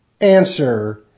Answer